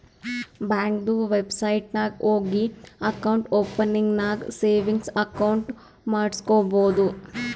ಬ್ಯಾಂಕ್ದು ವೆಬ್ಸೈಟ್ ನಾಗ್ ಹೋಗಿ ಅಕೌಂಟ್ ಓಪನಿಂಗ್ ನಾಗ್ ಸೇವಿಂಗ್ಸ್ ಅಕೌಂಟ್ ಮಾಡುಸ್ಕೊಬೋದು